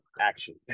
action